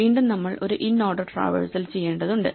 വീണ്ടും നമ്മൾ ഒരു ഇൻഓർഡർ ട്രാവേഴ്സൽ ചെയ്യേണ്ടതുണ്ട്